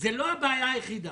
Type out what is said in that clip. זו לא הבעיה היחידה.